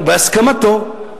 ובהסכמתו.